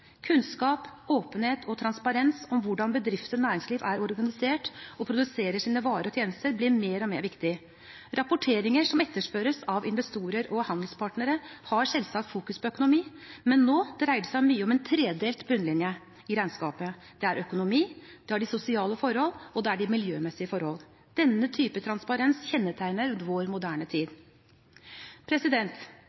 Kunnskap, åpenhet og transparens om hvordan bedrifter og næringsliv er organisert og produserer sine varer og tjenester, blir mer og mer viktig. Rapporteringer som etterspørres av investorer og handelspartnere, har selvsagt fokus på økonomi, men nå dreier det seg mye om en tredelt bunnlinje i regnskapet: Det er økonomi, sosiale forhold og miljømessige forhold. Denne typen transparens kjennetegner vår moderne tid.